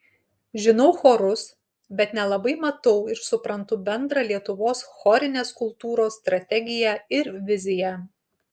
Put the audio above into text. žinau chorus bet nelabai matau ir suprantu bendrą lietuvos chorinės kultūros strategiją ir viziją